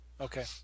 Okay